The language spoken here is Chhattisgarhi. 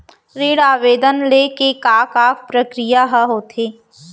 ऋण आवेदन ले के का का प्रक्रिया ह होथे?